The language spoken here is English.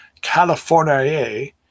California